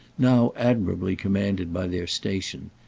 now admirably commanded by their station,